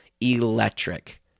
electric